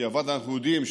בדיעבד אנחנו יודעים,